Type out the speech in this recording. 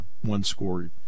one-score